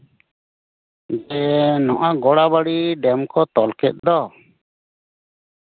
ᱡᱮ ᱱᱚᱣᱟ ᱜᱳᱲᱟᱵᱟᱲᱤ ᱰᱮᱢ ᱠᱚ ᱛᱚᱞ ᱠᱮᱜ ᱫᱚ